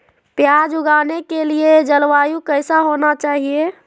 प्याज उगाने के लिए जलवायु कैसा होना चाहिए?